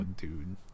dude